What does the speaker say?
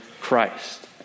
Christ